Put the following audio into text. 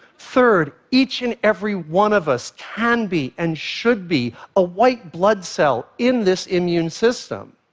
third, each and every one of us can be and should be a white blood cell in this immune system.